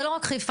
זה לא רק חיפה,